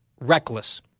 reckless